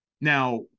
Now